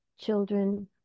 children